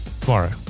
tomorrow